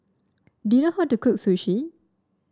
do you know how to cook Sushi